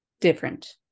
different